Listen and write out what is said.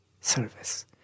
service